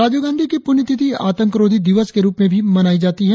राजीव गांधी की पुण्यतिथि आतंक रोधी दिवस के रुप में भी मनाई जाती है